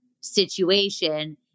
situation